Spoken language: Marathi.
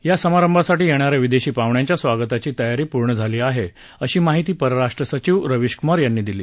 या समारंभासाठी येणा या विदेशी पाहुण्यांच्या स्वागताची तयारी पूर्ण झाली आहे अशी महिती परराष्ट्र सचीव स्वीश कुमार यांनी दिली